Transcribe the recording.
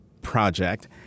project